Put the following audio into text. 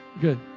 Good